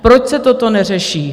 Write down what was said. Proč se toto neřeší?